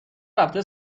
رفته